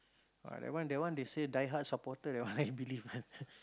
ah that one that one they say die heart supporter that one I believe one